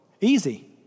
Easy